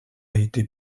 été